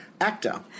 actor